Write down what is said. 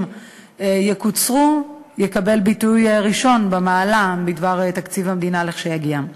יקוצרו יקבל ביטוי ראשון במעלה בתקציב המדינה לכשיגיע?